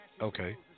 Okay